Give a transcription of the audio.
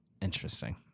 Interesting